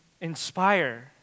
inspire